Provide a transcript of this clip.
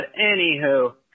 anywho